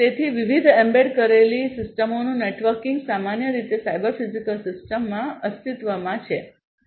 તેથી વિવિધ એમ્બેડ કરેલી સિસ્ટમોનું નેટવર્કિંગ સામાન્ય રીતે સાયબર ફિઝિકલ સિસ્ટમમાં અસ્તિત્વમાં છે